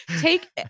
take